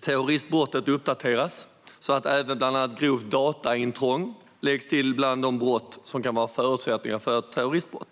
Terroristbrottet uppdateras, så att även bland annat grovt dataintrång läggs till bland de brott som kan vara en förutsättning för ett terroristbrott.